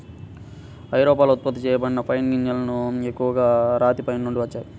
ఐరోపాలో ఉత్పత్తి చేయబడిన పైన్ గింజలు ఎక్కువగా రాతి పైన్ నుండి వచ్చాయి